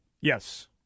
Yes